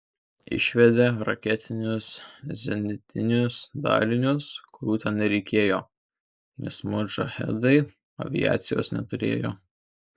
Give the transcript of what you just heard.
išvedė raketinius zenitinius dalinius kurių ten nereikėjo nes modžahedai aviacijos neturėjo